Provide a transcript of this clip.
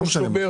לא משנה.